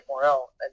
morale